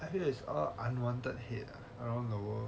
I think it's all unwanted head around the world